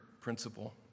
principle